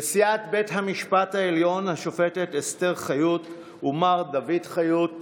נשיאת בית המשפט העליון השופטת אסתר חיות ומר דוד חיות,